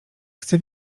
chce